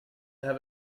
have